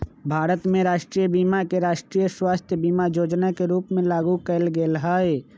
भारत में राष्ट्रीय बीमा के राष्ट्रीय स्वास्थय बीमा जोजना के रूप में लागू कयल गेल हइ